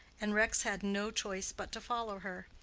and rex had no choice but to follow her.